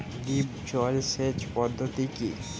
Drip জল সেচ পদ্ধতি কি?